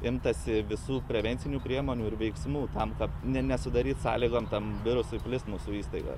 imtasi visų prevencinių priemonių ir veiksmų tam kad ne nesudaryt sąlygom tam virusui plist mūsų įstaigoj